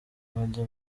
bajya